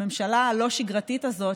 הממשלה הלא-שגרתית הזאת,